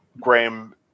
Graham